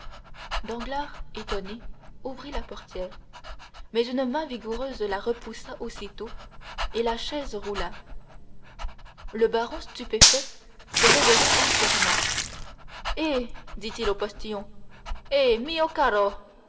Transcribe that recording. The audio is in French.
danglars étonné ouvrit la portière mais une main vigoureuse la repoussa aussitôt et la chaise roula le baron stupéfait se réveilla entièrement eh dit-il au postillon eh mio caro c'était encore